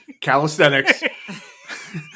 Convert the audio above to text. calisthenics